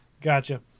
gotcha